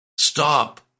Stop